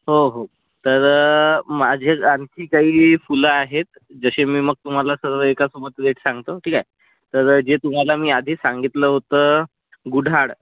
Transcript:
हो हो तर माझे आणखी काही फुलं आहेत जसे मी मग तुम्हाला सर्व एका सोबत रेट सांगतो ठीक आहे तर जे तुम्हाला मी आधी सांगितलं होतं गुढाळ